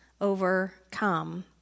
overcome